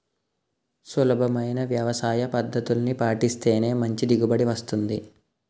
సులభమైన వ్యవసాయపద్దతుల్ని పాటిస్తేనే మంచి దిగుబడి వస్తుంది